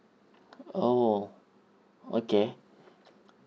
oh okay